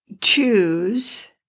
choose